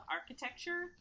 architecture